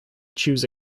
choose